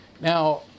Now